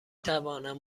توانم